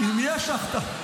אני לא מסכימה איתך.